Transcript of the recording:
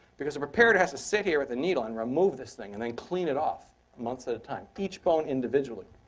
because a preparator has to sit here with a needle and remove this thing, and then clean it off months at a time, each bone individually.